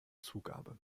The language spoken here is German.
zugabe